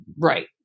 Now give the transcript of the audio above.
right